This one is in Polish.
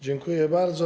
Dziękuję bardzo.